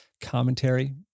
commentary